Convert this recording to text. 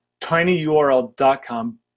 tinyurl.com